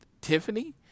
Tiffany